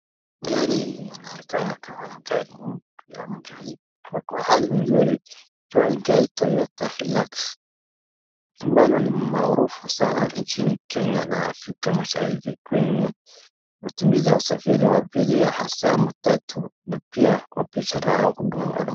Gari inaonekana kama gari mpya ama gari ilikuwa hali nzuri. Gari Toyota Hilux ambalo ni maarufu sana nchini Kenya na Afrika Mashariki. Kwenye matumizi ya usafiri wa abiria hasa matatu na pia kwa picha la huduma malum.